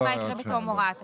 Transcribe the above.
לא הוראת שעה.